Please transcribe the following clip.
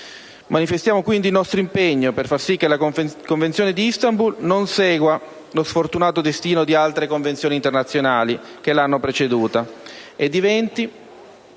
Manifestiamo quindi il nostro impegno per far sì che la Convenzione di Istanbul non segua lo sfortunato destino di altre Convenzioni internazionali che l'hanno preceduta